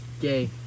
gay